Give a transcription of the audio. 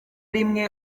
rimwe